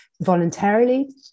voluntarily